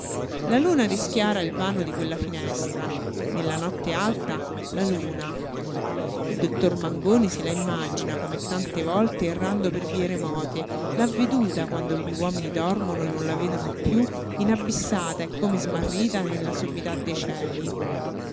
la luna rischiara il vano di quella finestra nella notte alta la luna il dottor mangoni se la immagina come tante volte errando per vie remote l'ha veduta quando gli uomini dormono e non la vedono piú inabissata e come smarrita nella sommità dei cieli